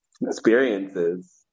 Experiences